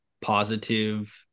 positive